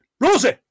Rosie